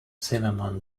zimmerman